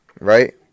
right